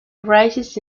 rises